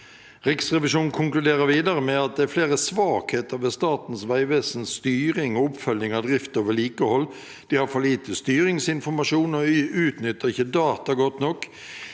Riksrevisjonen konkluderer videre med at det er flere svakheter ved Statens vegvesens styring og oppfølging av drift og vedlikehold – de har for lite styringsinformasjon og utnytter ikke data godt nok,